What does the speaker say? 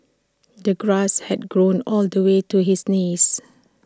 the grass had grown all the way to his knees